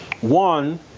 One